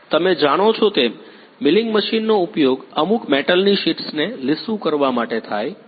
તમે જાણો છો તેમ મિલિંગ મશીનનો ઉપયોગ અમુક મેટલ ની શીટ્સને લીસું કરવા માટે થાય છે